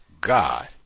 God